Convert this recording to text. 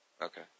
Okay